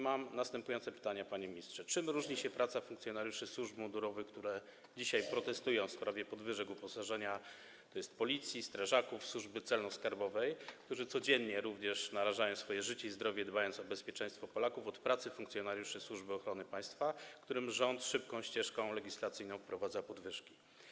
Mam następujące pytanie, panie ministrze: Czym różni się praca funkcjonariuszy służb mundurowych, które dzisiaj protestują w sprawie podwyżek uposażenia, tj. Policji, strażaków, Służby Celno-Skarbowej, którzy codziennie również narażają swoje życie i zdrowie, dbając o bezpieczeństwo Polaków, od pracy funkcjonariuszy Służby Ochrony Państwa, którym rząd szybką ścieżką legislacyjną wprowadza podwyżki?